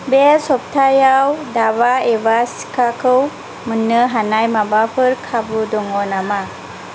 बे सप्तायाव दाबा एबा सिखाखौ मोन्नो हानाय माबाफोर खाबु दङ नामा